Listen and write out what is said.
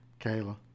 Kayla